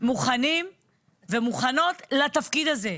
מוכנים ומוכנות לתפקיד הזה.